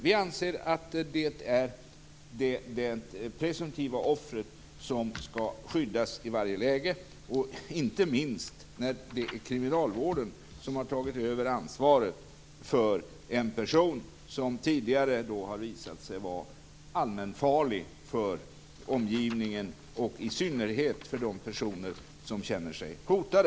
Vi anser att det är det presumtiva offret som skall skyddas i varje läge, inte minst när det är kriminalvården som tagit över ansvaret för en person som tidigare har visat sig vara allmänt farlig för omgivningen och i synnerhet för de personer som känner sig hotade.